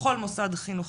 בכל מוסד חינוכי.